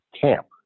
camp